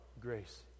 grace